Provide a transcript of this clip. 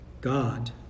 God